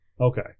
Okay